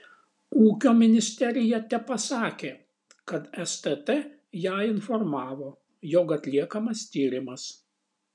ūkio ministerija tepasakė kad stt ją informavo jog atliekamas tyrimas